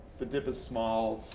the dip is small,